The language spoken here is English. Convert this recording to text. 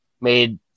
made